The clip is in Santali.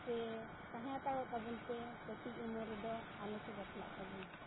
ᱥᱮ ᱛᱟᱦᱮᱸ ᱦᱟᱛᱟᱲᱚᱜ ᱛᱟᱵᱚᱱ ᱯᱮ ᱠᱟᱹᱴᱤᱡ ᱩᱢᱟᱹᱨ ᱨᱮᱫᱚ ᱟᱞᱚ ᱯᱮ ᱵᱟᱯᱞᱟᱜ ᱛᱟᱵᱚᱱᱟ